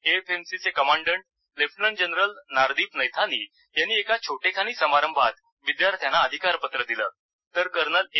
एएफएमसीचे commandant lieutenant general Nardeep Naithani यांनी एका छोटेखानी समारंभात विद्यार्थ्यांना अधिकारपत्रदिलं तर कर्नल ए